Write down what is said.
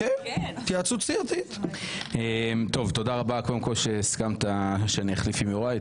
תודה רבה, קודם כול, שהסכמת שאני אחליף עם יוראי.